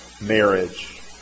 marriage